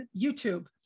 YouTube